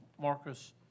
Marcus